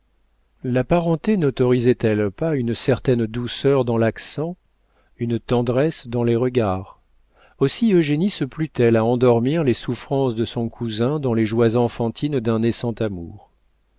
la parenté nautorisait elle pas une certaine douceur dans l'accent une tendresse dans les regards aussi eugénie se plut elle à endormir les souffrances de son cousin dans les joies enfantines d'un naissant amour